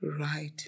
right